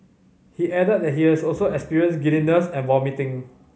he added that he has also experienced giddiness and vomiting